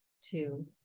two